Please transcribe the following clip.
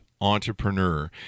Entrepreneur